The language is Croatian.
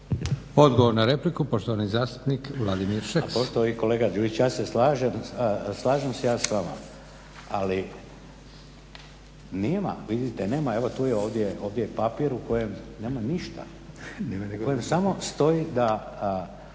Odgovor na repliku, poštovani zastupnik Vladimir Šeks.